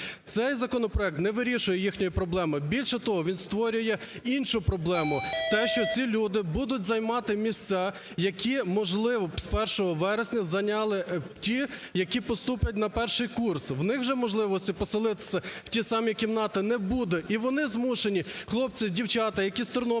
Цей законопроект не вирішує їхньої проблеми. Більше того, він створює іншу проблему: те, що ці люди будуть займати місця, які, можливо б, з 1 вересня зайняли ті, які поступлять на перший курс. У них же можливості посилитися в ті самі кімнати не буде і вони змушені, хлопці, дівчата, які з Тернополя